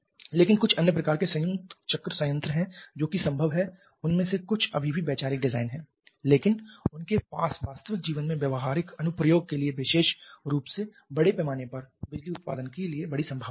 लेकिन कुछ अन्य प्रकार के संयुक्त चक्र संयंत्र हैं जो कि संभव हैं उनमें से कुछ अभी भी वैचारिक डिजाइन हैं लेकिन उनके पास वास्तविक जीवन में व्यावहारिक अनुप्रयोग के लिए विशेष रूप से बड़े पैमाने पर बिजली उत्पादन के लिए बड़ी संभावनाएं हैं